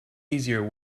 easier